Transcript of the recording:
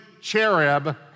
cherub